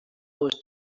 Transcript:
was